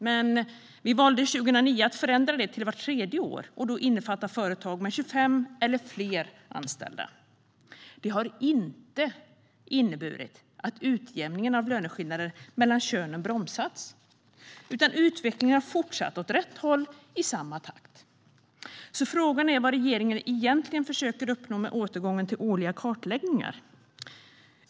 Men vi valde 2009 att förändra det och ha det vart tredje år och då innefatta företag med 25 eller fler anställda. Det har inte inneburit att utjämningen av löneskillnader mellan könen har bromsats, utan utvecklingen har fortsatt åt rätt håll i samma takt. Frågan är vad regeringen egentligen försöker uppnå med återgången till årliga kartläggningar.